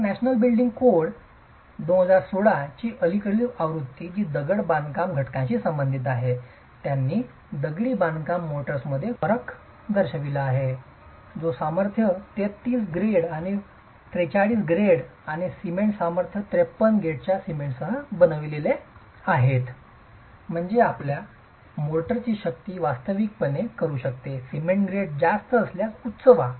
तर national building code ची अलीकडील आवृत्ती जी दगडी बांधकाम घटकांशी संबंधित आहे त्यांनी दगडी बांधकाम मोर्टर्समध्ये फरक दर्शविला आहे जो सामर्थ्य 33 ग्रेड आणि 43 ग्रेड आणि सिमेंट सामर्थ्य 53 ग्रेडच्या सिमेंटसह बनलेले आहेत म्हणजे आपल्या मोर्टारची शक्ती वास्तविकपणे करू शकते सिमेंट ग्रेड जास्त असल्यास उच्च व्हा